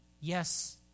Yes